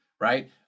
Right